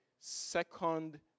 second